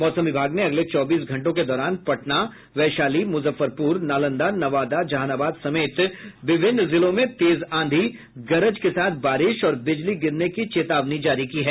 मौसम विभाग ने अगले चौबीस घंटों के दौरान पटना वैशाली मुजफ्फरपुर नालंदा नवादा जहानाबाद समेत विभिन्न जिलों में तेज आंधी गरज के साथ बारिश और बिजली गिरने की चेतावनी जारी की है